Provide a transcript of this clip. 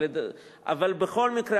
אבל בכל מקרה,